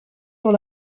dans